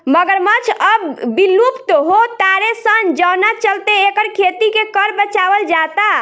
मगरमच्छ अब विलुप्त हो तारे सन जवना चलते एकर खेती के कर बचावल जाता